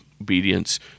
obedience